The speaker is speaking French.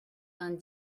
vingt